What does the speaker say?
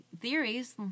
theories